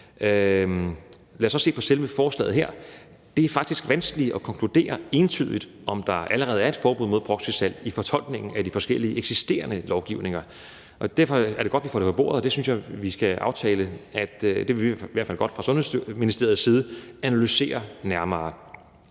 Lad os så se på selve forslaget her. Det er faktisk vanskeligt at konkludere entydigt, om der allerede er et forbud mod proxysalg i fortolkningen af de forskellige eksisterende lovgivninger, og derfor er det godt, at vi får det på bordet. Vi vil i hvert fald godt fra Sundhedsministeriets side indgå aftale